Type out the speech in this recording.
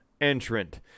entrant